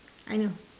I know